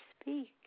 speak